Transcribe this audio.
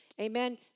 Amen